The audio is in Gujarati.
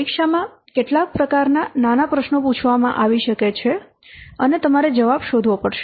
પરીક્ષામાં કેટલાક પ્રકારના નાના પ્રશ્નો પૂછવામાં આવી શકે છે અને તમારે જવાબ શોધવો પડશે